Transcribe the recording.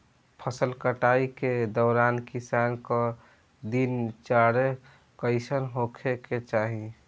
फसल कटाई के दौरान किसान क दिनचर्या कईसन होखे के चाही?